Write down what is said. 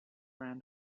around